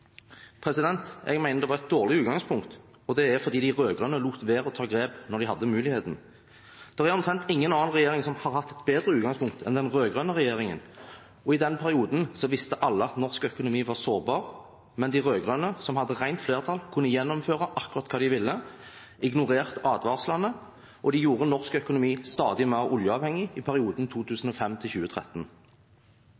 Jeg mener det var et dårlig utgangspunkt, og det er fordi de rød-grønne lot være å ta grep da de hadde muligheten. Det er omtrent ingen annen regjering som har hatt et bedre utgangspunkt enn den rød-grønne regjeringen, og i den perioden visste alle at norsk økonomi var sårbar, men de rød-grønne – som hadde rent flertall og kunne gjennomføre akkurat hva de ville – ignorerte advarslene, og de gjorde norsk økonomi stadig mer oljeavhengig i perioden